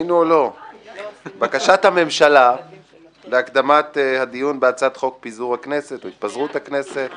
בקשת הממשלה להקדמת הדיון בהצעת חוק התפזרות הכנסת